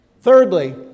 Thirdly